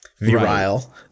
Virile